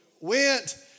went